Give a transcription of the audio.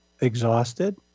exhausted